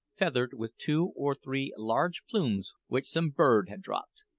feathered with two or three large plumes which some bird had dropped.